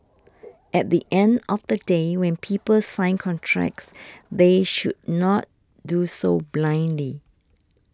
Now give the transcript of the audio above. at the end of the day when people sign contracts they should not do so blindly